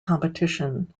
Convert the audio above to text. competition